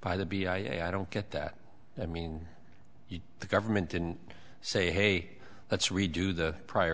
by the be i don't get that i mean you the government didn't say hey let's redo the prior